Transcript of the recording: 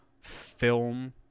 film